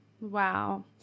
Wow